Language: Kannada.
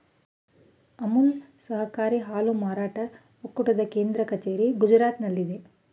ಅಮುಲ್ ಸಹಕಾರಿ ಹಾಲು ಮಾರಾಟ ಒಕ್ಕೂಟದ ಕೇಂದ್ರ ಕಚೇರಿ ಗುಜರಾತ್ನಲ್ಲಿದೆ